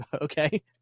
okay